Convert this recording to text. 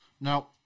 Now